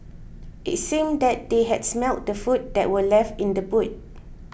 it seemed that they had smelt the food that were left in the boot